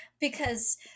Because-